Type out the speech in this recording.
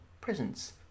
presence